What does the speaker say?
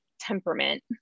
temperament